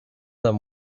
them